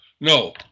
No